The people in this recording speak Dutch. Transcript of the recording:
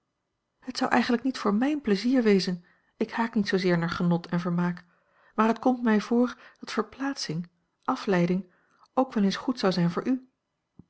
het zou eigenlijk niet voor mijn pleizier wezen ik haak niet zoozeer naar genot en vermaak maar het komt mij voor dat verplaatsing afleiding ook wel eens goed zou zijn voor u